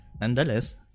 nonetheless